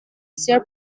sehr